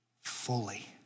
fully